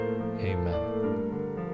Amen